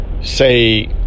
say